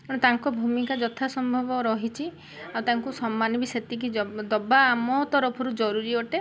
ତେଣୁ ତାଙ୍କ ଭୂମିକା ଯଥା ସମ୍ଭବ ରହିଛି ଆଉ ତାଙ୍କୁ ସମ୍ମାନ ବି ସେତିକି ଦେବା ଆମ ତରଫରୁ ଜରୁରୀ ଅଟେ